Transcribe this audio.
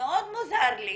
מאוד מוזר לי